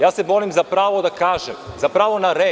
Ja se borim za pravo da kažem, za pravo na reč.